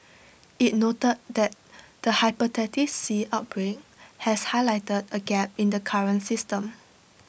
IT noted that the Hepatitis C outbreak has highlighted A gap in the current system